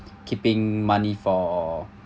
keeping money for